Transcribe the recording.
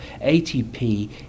ATP